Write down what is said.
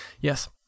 yes